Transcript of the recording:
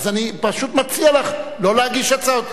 אני פשוט מציע לך לא להגיש הצעות.